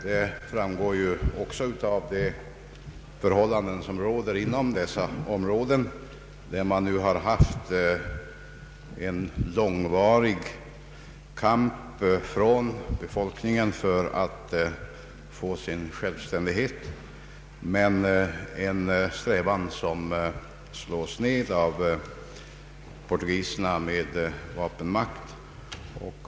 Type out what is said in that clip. Detta framgår också av de förhållanden som råder inom dessa områden, där befolkningen fört en långvarig kamp för att få sin självständighet, vilken strävan slås ned av portugiserna med vapenmakt.